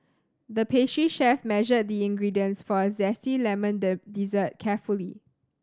the pastry chef measured the ingredients for a zesty lemon dessert carefully